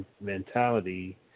mentality